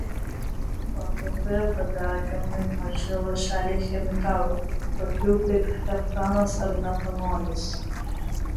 patalpoje padegami maži lašeliai chemikalų tokių kaip heptanas ar metanolis